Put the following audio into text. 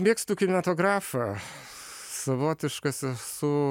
mėgstu kinematografą savotiškas esu